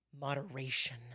moderation